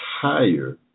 higher